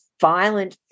violent